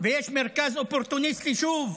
ויש מרכז אופורטוניסטי שוב.